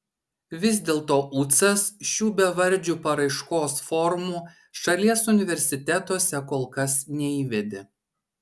vis dėlto ucas šių bevardžių paraiškos formų šalies universitetuose kol kas neįvedė